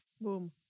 Boom